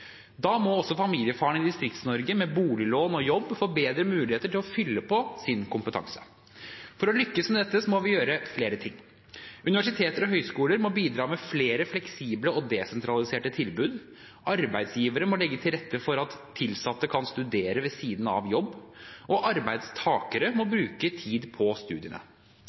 Da må også familiefaren i Distrikts-Norge med boliglån og jobb få bedre muligheter til å fylle på sin kompetanse. For å lykkes med dette må vi gjøre flere ting. Universiteter og høyskoler må bidra med flere fleksible og desentraliserte tilbud, arbeidsgivere må legge til rette for at tilsatte kan studere ved siden av jobb, og arbeidstakere må bruke tid på studiene.